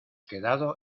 quedado